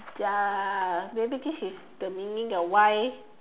ya maybe this is the meaning the why